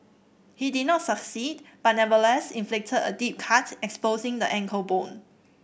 he did not succeed but nevertheless inflicted a deep cut exposing the ankle bone